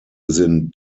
sind